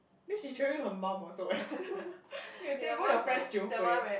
then she travelling with her mom also eh then they think why your friends 酒鬼